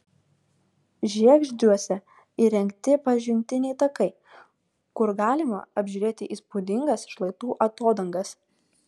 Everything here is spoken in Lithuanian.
žiegždriuose įrengti pažintiniai takai kur galima apžiūrėti įspūdingas šlaitų atodangas